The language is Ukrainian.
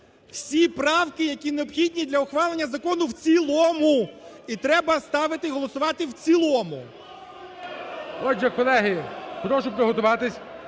всі правки, які необхідні для ухвалення закону в цілому і треба ставити голосувати в цілому. ГОЛОВУЮЧИЙ. Отже, колеги, прошу приготуватись,